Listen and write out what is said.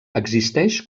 existeix